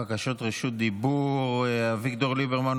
בקשות רשות דיבור: אביגדור ליברמן,